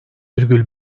virgül